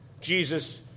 Jesus